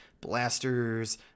blasters